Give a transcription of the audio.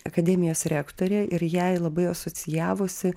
akademijos rektorė ir jai labai asocijavosi